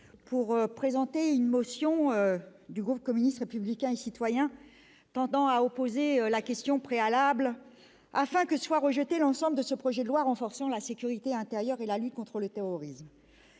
pour présenter une motion du groupe communiste républicain et citoyen tendant à opposer la question préalable afin que soit rejeté l'ensemble de ce projet de loi renforçant la sécurité intérieure et la lutte contre le terrorisme.